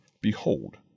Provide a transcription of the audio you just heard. Behold